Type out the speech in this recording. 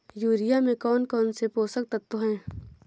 Urea में कौन कौन से पोषक तत्व है?